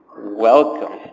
Welcome